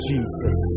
Jesus